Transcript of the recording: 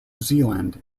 zealand